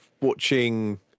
watching